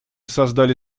создали